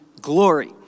glory